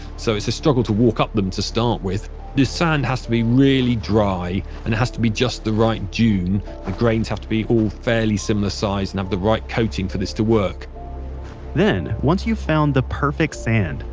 so it's a struggle to walk up them to start with the sand has to be really dry and it has to be just the right dune. the grains have to be all fairly similar size and have the right coating for this to work then, once you've found the perfect sand,